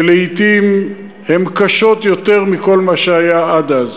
שלעתים הן קשות יותר מכל מה שהיה עד אז.